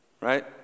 Right